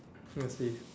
I see